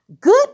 good